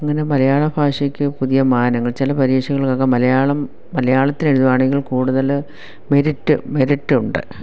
അങ്ങനെ മലയാള ഭാഷയ്ക്ക് പുതിയ മാനങ്ങൾ ചില പരീക്ഷകളൊക്കെ മലയാളം മലയാളത്തിലെഴുതുവാണെങ്കിൽ കൂടുതല് മെറിറ്റ് മെറിറ്റ് ഉണ്ട്